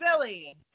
Billy